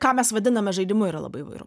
ką mes vadiname žaidimu yra labai įvairu